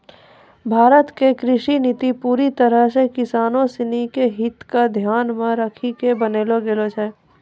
भारत के कृषि नीति पूरी तरह सॅ किसानों सिनि के हित क ध्यान मॅ रखी क बनैलो गेलो छै